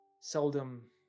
seldom